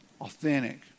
authentic